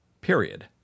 Period